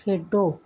ਖੇਡੋ